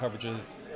coverages